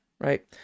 right